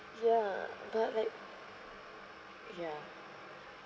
ya but like ya